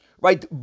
right